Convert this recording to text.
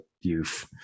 youth